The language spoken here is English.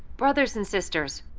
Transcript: brothers and sisters,